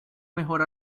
mejor